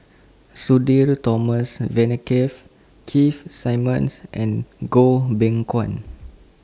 Sudhir Thomas Vadaketh Keith Simmons and Goh Beng Kwan